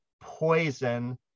poison